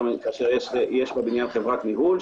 כאשר יש בבניין חברת ניהול,